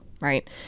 right